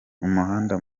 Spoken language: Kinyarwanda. umuhanda